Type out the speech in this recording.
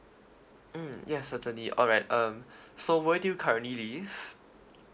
mm yes certainly all right um so where do you currently live